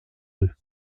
deux